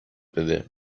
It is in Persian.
بده